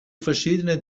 verschiedenen